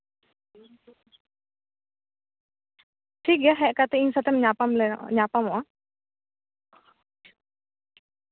ᱴᱷᱤᱠᱜᱮᱭᱟ ᱦᱮᱡ ᱠᱟᱛᱮ ᱤᱧ ᱥᱟᱶᱛᱮᱢ ᱧᱟᱯᱟᱢ ᱞᱮᱱᱟ ᱧᱟᱯᱟᱢᱚᱜᱼᱟ